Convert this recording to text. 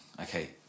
okay